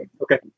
Okay